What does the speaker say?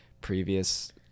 previous